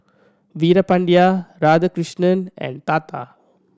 Veerapandiya Radhakrishnan and Tata